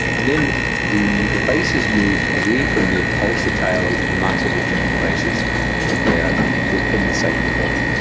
and then the devices moved away from the pulsatile pneumatically driven devices to where they could go inside the body.